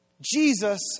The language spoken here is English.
Jesus